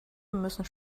müssen